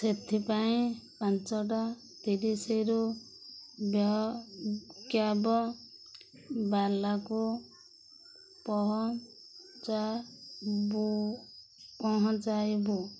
ସେଥିପାଇଁ ପାଞ୍ଚଟା ତିରିଶିରୁ ବ୍ୟ କ୍ୟାବ ବାଲାକୁ ପହଚାବୁ ପହଞ୍ଚାଇବୁ